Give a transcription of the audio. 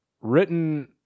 written